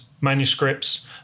manuscripts